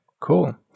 cool